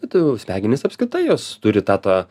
tai o smegenys apskritai jos turi tą tą